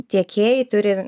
tiekėjai turi